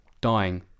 dying